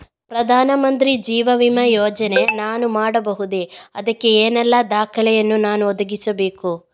ಪ್ರಧಾನ ಮಂತ್ರಿ ಜೀವ ವಿಮೆ ಯೋಜನೆ ನಾನು ಮಾಡಬಹುದೇ, ಅದಕ್ಕೆ ಏನೆಲ್ಲ ದಾಖಲೆ ಯನ್ನು ನಾನು ಒದಗಿಸಬೇಕು?